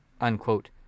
unquote